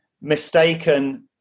mistaken